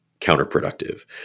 counterproductive